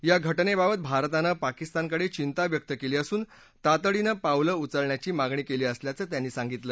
या घटनेबाबत भारतानं पाकिस्तानकडे चिंता व्यक्त केली असून तातडीनं पावलं उचलण्याची मागणी केली असल्याचं त्यांनी सांगितलं